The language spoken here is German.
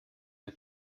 der